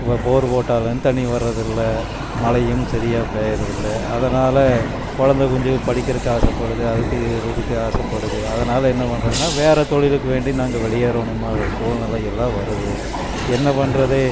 இப்போ போர் போட்டாலும் தண்ணி வர்றதில்லை மழையும் சரியாக பேயுறதில்ல அதனால் குழந்த குஞ்சிங்க படிக்கிறதுக்கு ஆசைப்படுது அதுக்கு விதுக்கு ஆசப்படுது அதனால் என்ன பண்ணுறதுன்னா வேற தொழிலுக்கு வேண்டி நாங்கள் வெளியேறணும்மா சூழ்நிலையெல்லாம் வருது என்ன பண்ணுறது